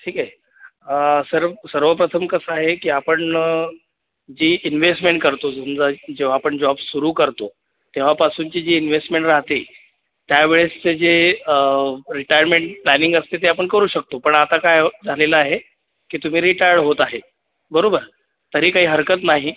ठीक आहे सर सर्वप्रथम कसं आहे की आपण जी इनवेसमेन करतो समजा आपण जेव्हा जॉब सुरू करतो तेव्हापासूनची जी इनव्हेसमेण राहते त्यावेळेसचे जे रिटायरमेंट प्लॅनिंग असते ते आपण करू शकतो पण आता काय झालेलं आहे की तुम्ही रिटायर होत आहे बरोबर तरी काही हरकत नाही